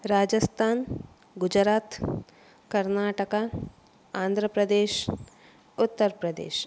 Rajasthan Gujarat Karnataka Andhra Pradesh Uttar Pradesh